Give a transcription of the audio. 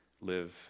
live